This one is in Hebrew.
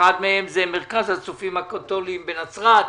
אחת מהן זה "מרכז הצופים הקתוליים" בנצרת.